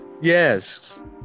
yes